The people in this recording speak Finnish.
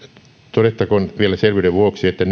todettakoon nyt vielä selvyyden vuoksi että